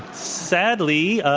sadly,